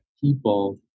people